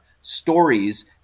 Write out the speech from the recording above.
stories